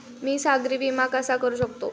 मी सागरी विमा कसा करू शकतो?